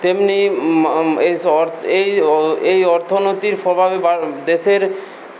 তেমনি মা এই স অর এই ও এই অর্থনীতির প্রভাবে বা দেশের